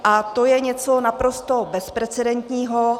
A to je něco naprosto bezprecedentního.